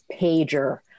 pager